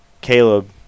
Caleb